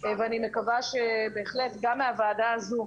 ואני מקווה שבהחלט גם מהוועדה הזו,